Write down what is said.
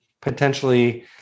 potentially